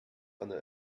einer